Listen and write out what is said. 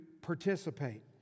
participate